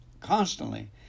constantly